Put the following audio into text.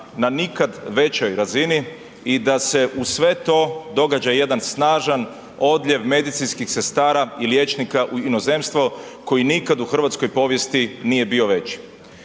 na nikad većoj razini i da se uz sve to događa jedan snažan odljev medicinskih sestara i liječnika u inozemstvo koji nikad u hrvatskoj povijesti nije bio veći.